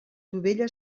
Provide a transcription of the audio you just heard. dovella